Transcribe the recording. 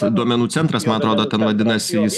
duomenų centras man atrodo ten vadinasi jis